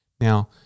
Now